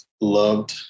loved